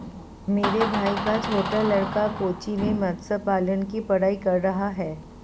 मेरे भाई का छोटा लड़का कोच्चि में मत्स्य पालन की पढ़ाई कर रहा है